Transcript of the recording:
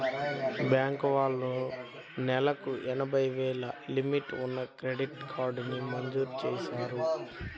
bank వాళ్ళు నెలకు ఎనభై వేలు లిమిట్ ఉన్న క్రెడిట్ కార్డుని మంజూరు చేశారు